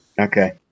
okay